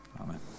Amen